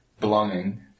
belonging